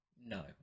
no